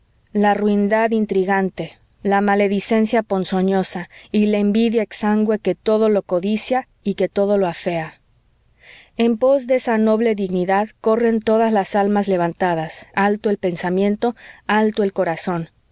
la ruindad intrigante la maledicencia ponzoñosa y la envidia exangüe que todo lo codicia y que todo lo afea en pos de esa noble dignidad corren todas las almas levantadas alto el pensamiento alto el corazón